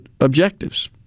objectives